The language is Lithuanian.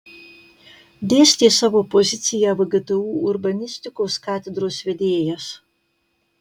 dėstė savo poziciją vgtu urbanistikos katedros vedėjas